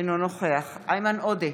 אינו נוכח איימן עודה,